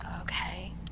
okay